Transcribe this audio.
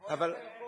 כמו יפה ירקוני.